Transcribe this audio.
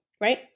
right